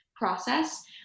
process